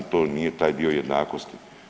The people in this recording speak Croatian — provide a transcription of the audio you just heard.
To nije taj dio jednakosti.